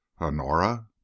Honora